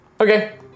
Okay